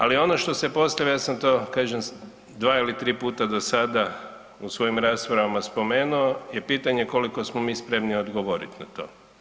Ali ono što se postavlja, ja sam to kažem 2 ili 3 puta do sada u svojim raspravama spomenuo, je pitanje koliko smo mi spremni odgovorit na to.